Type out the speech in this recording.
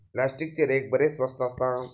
प्लास्टिकचे रेक बरेच स्वस्त असतात